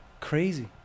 Crazy